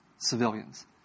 civilians